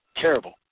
terrible